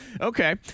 Okay